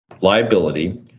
liability